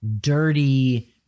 dirty